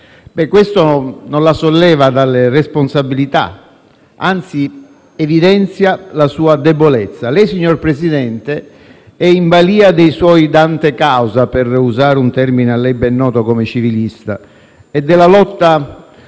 questo non la solleva dalle responsabilità, anzi evidenzia la sua debolezza: lei, signor Presidente, è in balia dei suoi dante causa - per usare un termine a lei ben noto come civilista - e della lotta